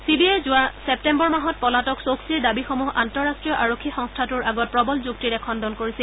C B I যোৱা September মাহত পলাতক টৌকছিৰ দাবীসমূহ আন্তঃৰাষ্ট্ৰীয় আৰক্ষী সংস্থাটোৰ আগত প্ৰবল যুক্তিৰে খণ্ডন কৰিছিল